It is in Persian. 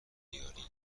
بیاری